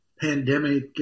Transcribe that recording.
pandemic